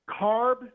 carb